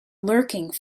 lurking